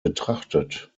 betrachtet